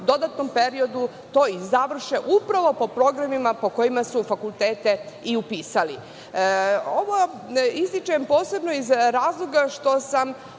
dodatnom periodu to i završe upravo po programima po kojima su fakultete i upisali. Ovo ističem posebno iz razloga što sam,